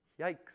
Yikes